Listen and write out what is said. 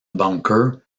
bunker